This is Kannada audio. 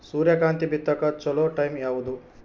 ಸೂರ್ಯಕಾಂತಿ ಬಿತ್ತಕ ಚೋಲೊ ಟೈಂ ಯಾವುದು?